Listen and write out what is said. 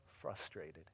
frustrated